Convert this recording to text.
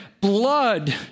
blood